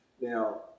Now